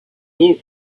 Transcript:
old